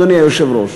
אדוני היושב-ראש.